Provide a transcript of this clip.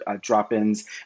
drop-ins